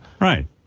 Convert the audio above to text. Right